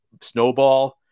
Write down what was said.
snowball